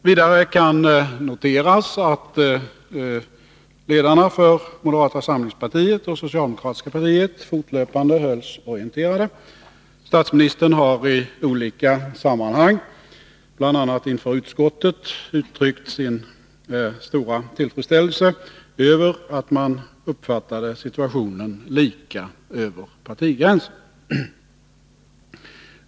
Vidare kan noteras att ledarna för moderata samlingspartiet och socialdemokratiska partiet fortlöpande hölls orienterade. Statsministern har i olika sammanhang bl.a. inför utskottet, uttryckt sin stora tillfredsställelse över att man uppfattade situationen lika över partigränserna.